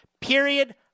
Period